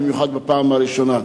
במיוחד בפעם הראשונה.